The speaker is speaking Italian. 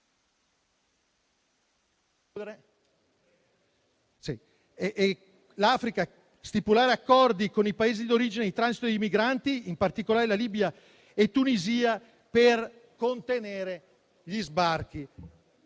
necessario stipulare accordi con i Paesi di origine e di transito dei migranti, in particolare la Libia e la Tunisia, per contenere gli sbarchi.